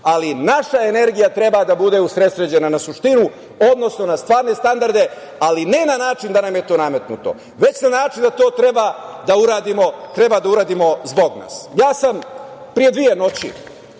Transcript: Ali, naša energija treba da bude usredsređena na suštinu, odnosno na stvarne standarde, ali ne na način da nam je to nametnuto, već na način da to treba da uradimo zbog nas. Ja sam pre dve noći